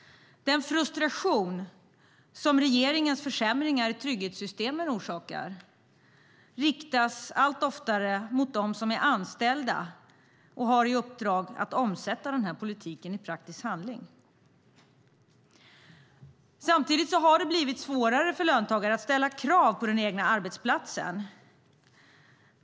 Den frustration som regeringens försämringar i trygghetssystemen orsakar riktas allt oftare mot dem som är anställda och har i uppdrag att omsätta den här politiken i praktisk handling. Samtidigt har det blivit svårare för löntagare att ställa krav på den egna arbetsplatsen.